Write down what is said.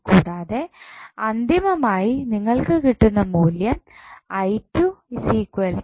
കൂടാതെ അന്തിമമായി നിങ്ങൾക്ക് കിട്ടുന്ന മൂല്യം ആയിരിക്കും